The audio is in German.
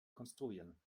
konstruieren